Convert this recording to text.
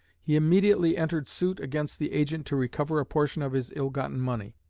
he immediately entered suit against the agent to recover a portion of his ill-gotten money.